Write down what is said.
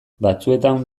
batzuetan